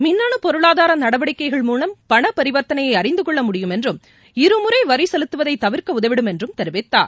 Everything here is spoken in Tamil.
மின்னு பொருளாதார நடவடிக்கைகள் மூலம் பணபரிவாத்தனையை அறிந்து கொள்ள முடியும் என்றும் இருமுறை வரி செலுத்துவதை தவிர்க்க உதவிடும் என்றும் தெரிவித்தார்